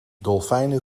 dolfijnen